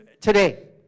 today